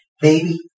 baby